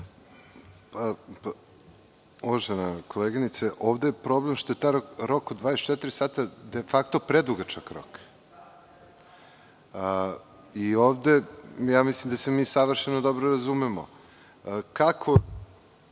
Uvažena koleginice, ovde je problem što je taj rok od 24 sata de fakto predugačak rok i ovde mislim da se mi savršeno dobro razumemo – kako